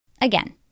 Again